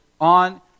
on